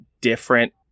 different